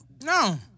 No